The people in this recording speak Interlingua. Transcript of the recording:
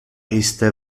iste